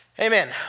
Amen